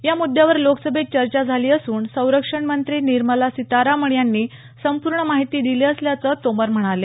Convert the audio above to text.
या मुद्यावर लोकसभेत चर्चा झाली असून संरक्षण मंत्री निर्मला सीतारामन यांनी संपूर्ण माहिती दिली असल्याचं तोमर म्हणाले